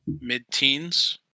mid-teens